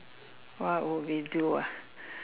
what would we do ah